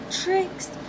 tricks